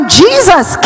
jesus